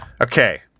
Okay